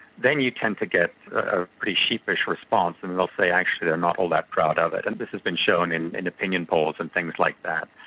then you tend to get a pretty sheepish response and they'll say actually they are not all that proud of it, and this has been shown in and opinion polls and things like that.